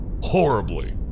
Horribly